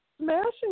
smashing